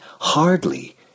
hardly